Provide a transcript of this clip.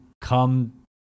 come